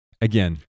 again